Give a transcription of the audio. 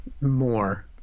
more